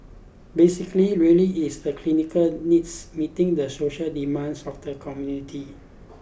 basically really it's the clinical needs meeting the social demands of the community